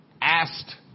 asked